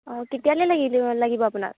অঁ কেতিয়ালৈ লাগিলে লাগিব আপোনাক